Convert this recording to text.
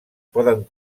poden